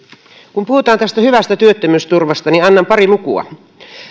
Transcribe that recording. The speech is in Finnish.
kun puhutaan tästä hyvästä työttömyysturvasta niin annan pari lukua